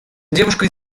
девушка